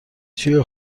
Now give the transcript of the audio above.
چیه